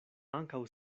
ankaŭ